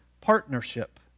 partnership